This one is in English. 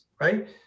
right